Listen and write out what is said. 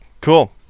Cool